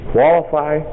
Qualify